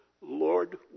Lord